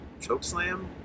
chokeslam